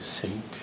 sink